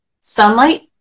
sunlight